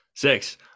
Six